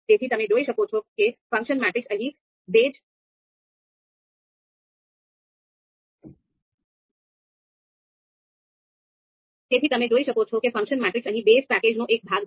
તેથી તમે જોઈ શકો છો કે ફંક્શન મેટ્રિક્સ અહીં બેઝ પેકેજનો એક ભાગ છે